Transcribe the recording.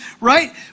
Right